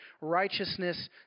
righteousness